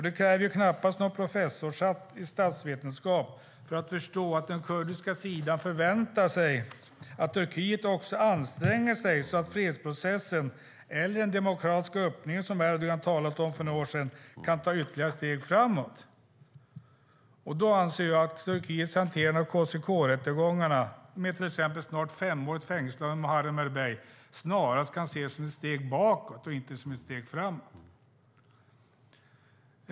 Det krävs knappast någon professorshatt i statsvetenskap för att förstå att den kurdiska sidan förväntar sig att Turkiet också anstränger sig så att fredsprocessen, eller den demokratiska öppning som Erdogan talade om för några år sedan, kan ta ett ytterligare steg framåt. Jag anser att Turkiets hanterande av KCK-rättegångarna med till exempel den snart femåriga fängelsevistelsen för Muharrem Erbey snarast kan ses som ett steg bakåt, och inte som ett steg framåt.